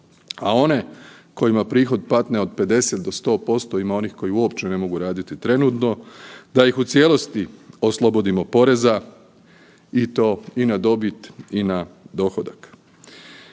a one kojima prihod padne od 50 do 100%, ima onih koji uopće ne mogu raditi trenutno, da ih u cijelosti oslobodimo poreza i to i na dobit i na dohodak.